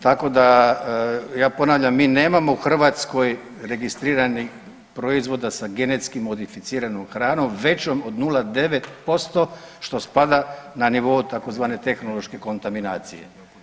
Tako da ja ponavljam mi nemamo u Hrvatskoj registriranih proizvoda sa genetski modificiranom hranom većom od 0,9% što spada na nivou tzv. tehnološke kontaminacije.